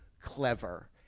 clever